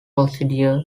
procedures